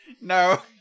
No